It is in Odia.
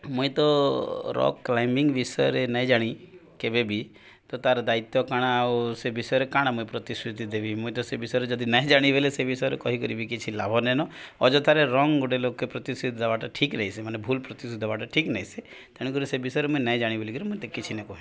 ମୁଇଁ ତ ରକ୍ କ୍ଲାଇମ୍ବିଂ ବିଷୟରେ ନାଇଁ ଜାଣି କେବେବି ତ ତାର ଦାୟିତ୍ୱ କାଣା ଆଉ ସେ ବିଷୟରେ କାଣା ମୁଇଁ ପ୍ରତିଶ୍ରୃତି ଦେବି ମୁଇଁ ତ ସେ ବିଷୟରେ ଯଦି ନାଇଁ ଜାଣି ବେଲେ ସେ ବିଷୟରେ କହି କରିବି କିଛି ଲାଭନେନ ଅଯଥାରେ ରଙ୍ଗ୍ ଗୋଟେ ଲୋକେ ପ୍ରତିଶୃତି ଦବାଟା ଠିକ୍ ନାଇଁସି ମାନେ ଭୁଲ ପ୍ରତିଶୃତି ଦବା ଠିକ୍ ନାଇଁସି ତେଣୁକରି ସେ ବିଷୟରେ ମୁଇଁ ନାଇ ଜାଣି ବୋଲିକରି ମୁଇଁ କିଛି ନି କହେ